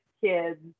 kids